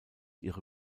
ihre